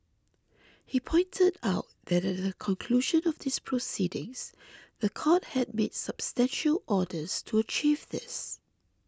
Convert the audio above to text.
he pointed out that at the conclusion of these proceedings the court had made substantial orders to achieve this